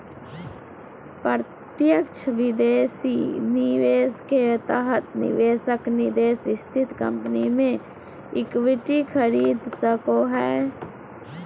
प्रत्यक्ष विदेशी निवेश के तहत निवेशक विदेश स्थित कम्पनी मे इक्विटी खरीद सको हय